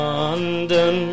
London